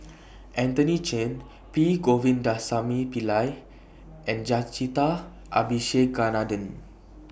Anthony Chen P Govindasamy Pillai and Jacintha Abisheganaden